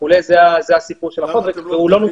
יש הרבה דברים שבחוק שלנו לא מקנים